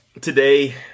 Today